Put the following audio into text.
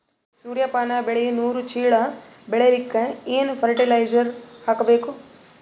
ಸೂರ್ಯಪಾನ ಬೆಳಿ ನೂರು ಚೀಳ ಬೆಳೆಲಿಕ ಏನ ಫರಟಿಲೈಜರ ಹಾಕಬೇಕು?